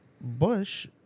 Bush